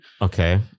okay